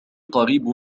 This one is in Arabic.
قريب